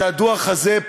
שהדוח הזה,